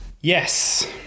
Yes